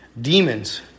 Demons